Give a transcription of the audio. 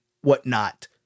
whatnot